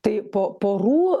tai po porų